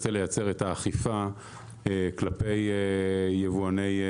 ותראה מה יהיה פה כשאנחנו נרצה לייצר את האכיפה כלפי יבואני מזון.